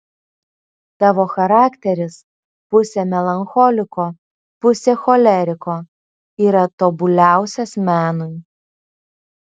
tavo charakteris pusė melancholiko pusė choleriko yra tobuliausias menui